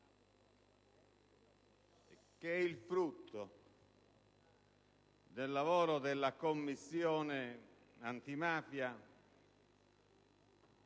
Pisanu, frutto del lavoro della Commissione antimafia